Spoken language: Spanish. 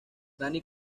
dani